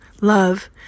love